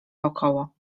wokoło